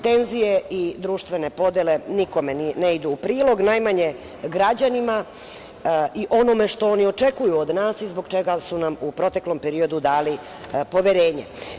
Tenzije i društvene podele nikome ne idu u prilog, najmanje građanima i onom što oni očekuju od nas i zbog čega su nam u proteklom periodu dali poverenje.